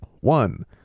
One